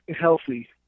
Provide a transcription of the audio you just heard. healthy